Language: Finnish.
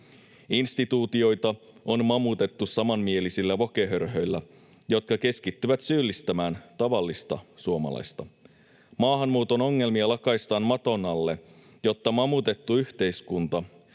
Instituutioita on mamutettu samanmielisillä woke-hörhöillä, jotka keskittyvät syyllistämään tavallista suomalaista. Maahanmuuton ongelmia lakaistaan maton alle, jotta mamutettu yhteiskunta